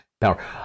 power